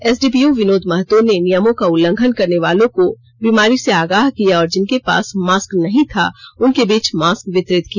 SDPO Vinod Mahto ने नियमों का उल्लंघन करने वालो को बीमारी से आगाह किया और जिनके पास मास्क नहीं था उनके बीच मास्क वितरित किया